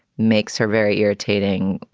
makes her very irritating,